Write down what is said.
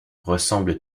ressemble